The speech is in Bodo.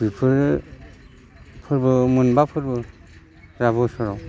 बिफोरो फोरबोआव मोनबा फोरबोफोरा बोसोराव